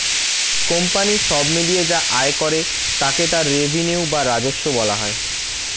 company সব মিলিয়ে যা আয় করে তাকে তার রেভিনিউ বা রাজস্ব বলা হয়